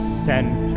center